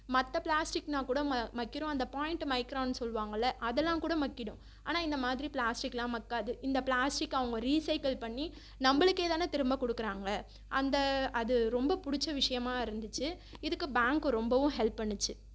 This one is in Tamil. மற்ற ப்ளாஸ்டிக்னா கூட ம மக்கிரும் அந்த பாயிண்ட்டு மைக்ரான் சொல்வாங்கள்ல அதெலாம் கூட மக்கிடும் ஆனா இந்த மாதிரி ப்ளாஸ்டிக்லாம் மக்காது இந்த ப்ளாஸ்டிக் அவங்க ரீசைக்கள் பண்ணி நம்பளுக்கே தான திரும்ப கொடுக்கறாங்க அந்த அது ரொம்ப பிடிச்ச விஷயமாக இருந்துச்சு இதுக்கு பேங்க்கு ரொம்பவும் ஹெல்ப் பண்ணுச்சு